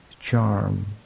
charm